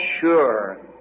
sure